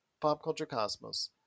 PopCultureCosmos